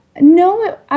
No